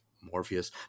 Morpheus